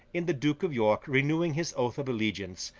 in the duke of york renewing his oath of allegiance,